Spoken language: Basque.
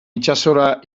itsasora